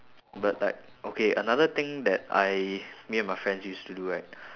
but like okay another thing that I me and my friends used to do right